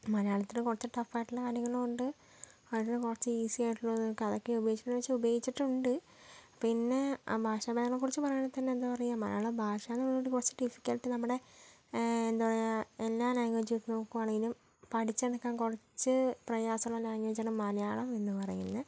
മലയാളത്തില് കുറച്ച് ടഫ്ഫായിട്ടുള്ള കാര്യങ്ങളും ഉണ്ട് അതില് കുറച്ച് ഈസി ആയിട്ടുള്ളത് അതൊക്കെ ഉപയോഗിച്ചിട്ടുണ്ടോന്ന് ചോദിച്ചാൽ ഉപയോഗിച്ചിട്ടുണ്ട് പിന്നെ ഭാഷാഭേദങ്ങളെ കുറിച്ച് പറയുകയാണെങ്കിൽ തന്നെ എന്താ പറയുക മലയാള ഭാഷ കുറച്ച് ഡിഫികൾട്ട് നമ്മടെ എന്താ പറയുക എല്ലാ ലാംഗ്വേജ് എടുത്തു നോക്കുവാണെങ്കിലും പഠിച്ചെടുക്കാൻ കുറച്ച് പ്രയാസമുള്ള ലാംഗ്വേജാണ് മലയാളം എന്ന് പറയുന്നത്